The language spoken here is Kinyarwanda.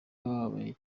bababaye